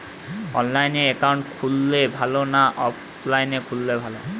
অনলাইনে একাউন্ট খুললে ভালো না অফলাইনে খুললে ভালো?